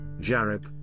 Jarib